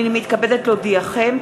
הנני מתכבדת להודיעכם,